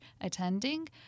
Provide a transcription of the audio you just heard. attending